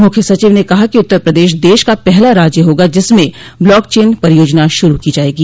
मुख्य सचिव ने कहा कि उत्तर प्रदेश देश का पहला राज्य होगा जिसमें ब्लॉकचेन परियोजना शुरू की जायेगी